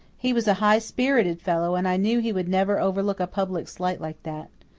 he was a high-spirited fellow and i knew he would never overlook a public slight like that.